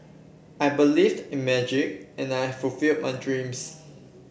I believed in magic and I fulfilled my dreams